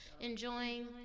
enjoying